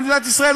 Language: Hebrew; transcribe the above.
במדינת ישראל,